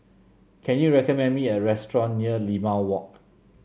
can you recommend me a restaurant near Limau Walk